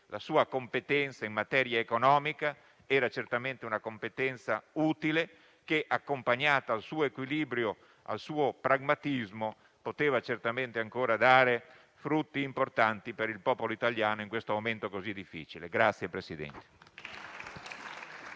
La sua competenza in materia economica era infatti certamente una competenza utile ed essa, accompagnata al suo equilibrio e al suo pragmatismo, poteva certamente ancora dare frutti importanti per il popolo italiano in questo momento così difficile.